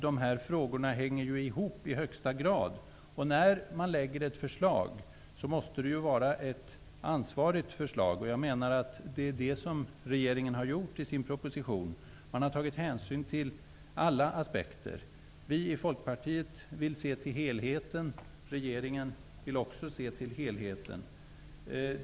De frågorna hänger i högsta grad ihop. De förslag som man lägger fram måste vara ansvarsfulla, och jag menar att så är fallet med förslagen i regeringens proposition. Man har tagit hänsyn till alla aspekter. Vi i Folkpartiet vill liksom regeringen se till helheten.